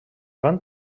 van